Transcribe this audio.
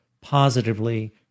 positively